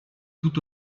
tout